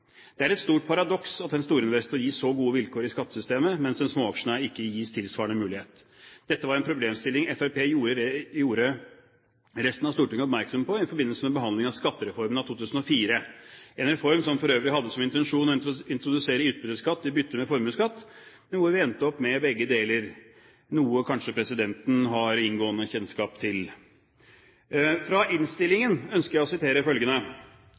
Det er et stort paradoks at en storinvestor gis så gode vilkår i skattesystemet, mens en småaksjonær ikke gis tilsvarende mulighet. Dette var en problemstilling Fremskrittspartiet gjorde resten av Stortinget oppmerksom på i forbindelse med behandlingen av skattereformen av 2004, en reform som for øvrig hadde som intensjon å introdusere utbytteskatt i bytte med formuesskatt, men hvor vi endte opp med begge deler, noe kanskje presidenten har inngående kjennskap til. Fra innstillingen ønsker jeg å sitere følgende: